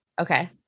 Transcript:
Okay